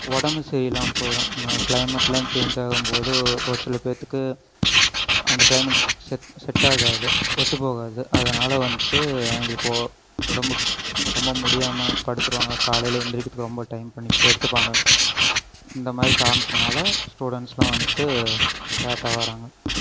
உடம்பு சரியில்லாமல் போயிடும் கிளைமேட்டெலாம் சேஞ்சாகும்போது ஒரு சில பேர்த்துக்கு அந்த கிளைமேட் செட் செட்டாகாது ஒத்துப்போகாது அதனாலே வந்துட்டு அவங்களுக்கு உடம்புக்கு ரொம்ப முடியாமல் படுத்துடுவாங்க காலையில் எந்திரிக்கிறதுக்கு ரொம்ப டைம் பண்ணி எடுத்துப்பாங்க இந்தமாதிரி காரணத்தினால ஸ்டூடண்ட்ஸ்லாம் வந்துட்டு லேட்டாக வராங்க